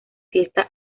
fiesta